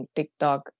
TikTok